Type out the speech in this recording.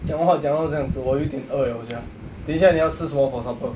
讲话讲到这样子我有一点饿 liao sia 等一下你要吃什么 for supper